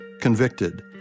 convicted